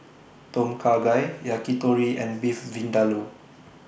Tom Kha Gai Yakitori and Beef Vindaloo